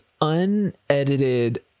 unedited